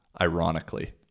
ironically